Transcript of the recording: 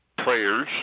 players